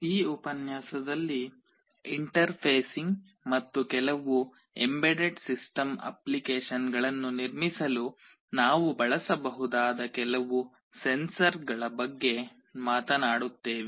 ಈ ಉಪನ್ಯಾಸದಲ್ಲಿ ಇಂಟರ್ಫೇಸಿಂಗ್ ಮತ್ತು ಕೆಲವು ಎಂಬೆಡೆಡ್ ಸಿಸ್ಟಮ್ ಅಪ್ಲಿಕೇಶನ್ಗಳನ್ನು ನಿರ್ಮಿಸಲು ನಾವು ಬಳಸಬಹುದಾದ ಕೆಲವು ಸೆನ್ಸರ್ಸ್ ಬಗ್ಗೆ ನಾವು ಮಾತನಾಡುತ್ತೇವೆ